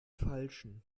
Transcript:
falschen